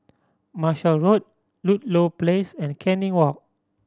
Marshall Road Ludlow Place and Canning Walk